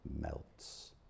melts